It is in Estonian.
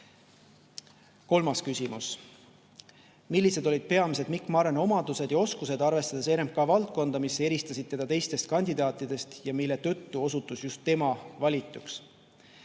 Kolmas küsimus: "Millised olid peamised Mikk Marrani omadused ja oskused, arvestades RMK valdkonda, mis eristasid teda teistest kandidaatidest ja mille tõttu osutus just tema valituks?"